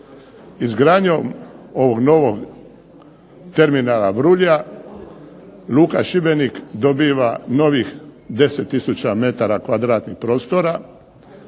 Izgradnjom ovog novog terminala Vrulja luka Šibenik dobiva novih 10000 metara kvadratnih prostora